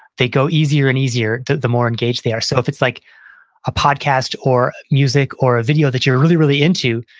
they go easier and easier, the the more engaged they are. so if it's like a podcast or music or a video that you're really, really into,